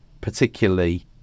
particularly